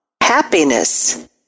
Happiness